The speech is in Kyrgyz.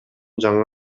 жаңы